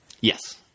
Yes